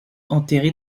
enterré